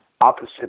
opposite